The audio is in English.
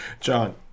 John